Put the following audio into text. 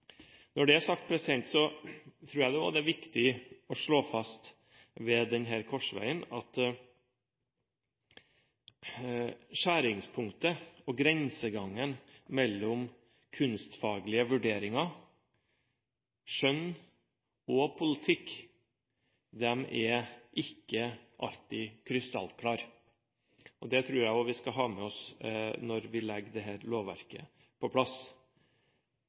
Når det er sagt, tror jeg også det ved denne korsveien er viktig å slå fast at skjæringspunktet og grensegangen mellom kunstfaglige vurderinger, skjønn og politikk, ikke alltid er krystallklar. Det tror jeg også vi skal ha med oss når vi legger dette lovverket på plass.